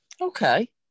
Okay